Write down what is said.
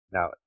Now